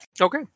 Okay